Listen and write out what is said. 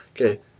Okay